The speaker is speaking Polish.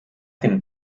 tym